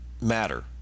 matter